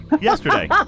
Yesterday